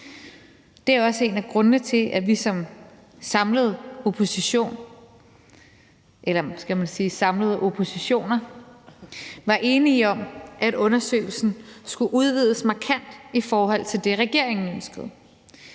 eller måske skulle man sige samlede oppositioner – var enige om, at undersøgelsen skulle udvides markant i forhold til det, som regeringen ønskede.